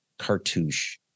cartouche